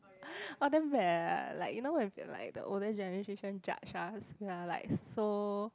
!wah! damn bad eh like you know when like the older generation judge us ya like so